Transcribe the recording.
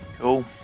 Cool